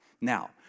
Now